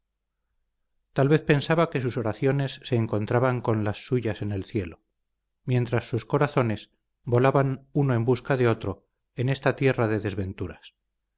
tal vez pensaba que sus oraciones se encontraban con las suyas en el cielo mientras sus corazones volaban uno en busca de otro en esta tierra de desventuras